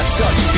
touch